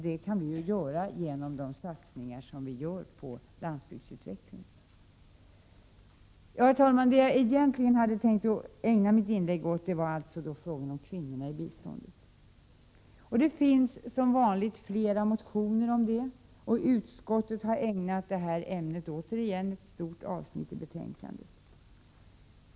Där kan vi hjälpa till genom de satsningar som vi gör på landsbygdsutveckling. Herr talman! Det jag egentligen hade tänkt att ägna mitt inlägg åt var frågan om kvinnorna i biståndet. Det finns som vanligt flera motioner i det ämnet, och utskottet har återigen ägnat det ett stort avsnitt i betänkandet.